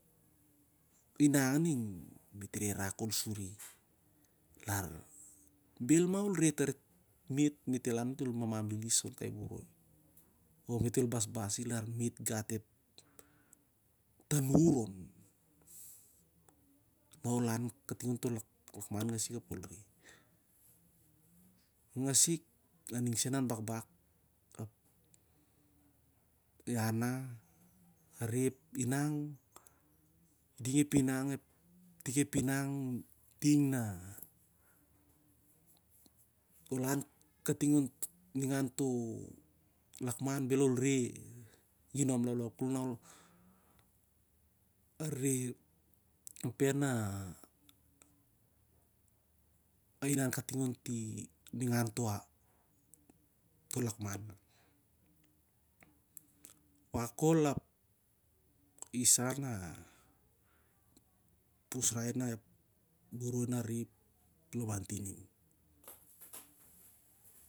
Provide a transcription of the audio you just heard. Inang ningh me't reh rak khol suri, bhel mah ol reh, me't el lan me't el mamam lilis on kai boroi or me't el basbas dit, lar me't gat ep tan wuvur on. Na ol lan kating onto lakman ngasik ap ol reh. Ngasik ading sen an bakbak ap iah na areh ep inang na itik ep inang nah, ol lan kating a n ningan toh lakman bhel ol rehi i ginom laulau khol na areh rehi na areh inan kating on ningan toh ap. Wakwak kho, ap isah ep usrai onep boroi na reh ep lamantin in-